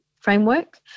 framework